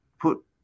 put